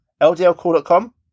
LDLcall.com